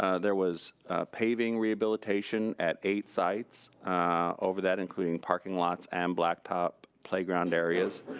ah there was paving rehabilitation at eight sites over that, including parking lots and blacktop playground areas.